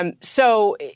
So-